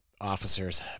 officers